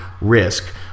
risk